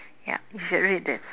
ya you should read this